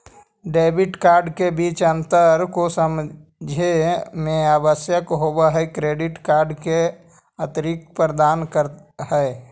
Debit card के बीच अंतर को समझे मे आवश्यक होव है क्रेडिट कार्ड अतिरिक्त प्रदान कर है?